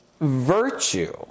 virtue